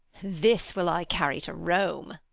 this will i carry to rome.